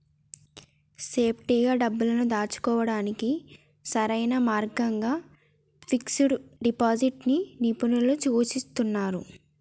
సేఫ్టీగా డబ్బుల్ని దాచుకోడానికి సరైన మార్గంగా ఫిక్స్డ్ డిపాజిట్ ని నిపుణులు సూచిస్తున్నరు